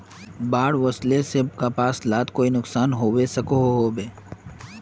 बाढ़ वस्ले से कपास लात कोई नुकसान होबे सकोहो होबे?